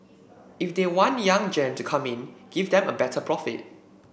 if they want young gen to come in give them a better profit